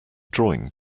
drawing